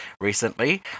recently